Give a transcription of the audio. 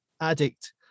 addict